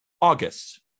August